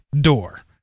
door